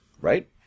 right